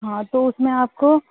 ہاں تو اس میں آپ کو